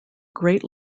great